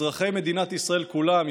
אזרחי מדינת ישראל כולם,